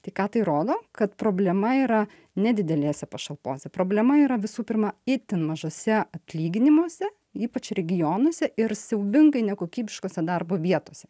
tai ką tai rodo kad problema yra ne didelėse pašalpose problema yra visų pirma itin mažuose atlyginimuose ypač regionuose ir siaubingai nekokybiškose darbo vietose